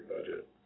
budget